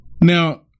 Now